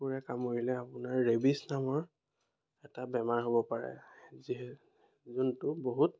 কুকুৰে কামুৰিলে আপোনাৰ ৰেবিজ নামৰ এটা বেমাৰ হ'ব পাৰে যিহে যোনটো বহুত